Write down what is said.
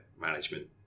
management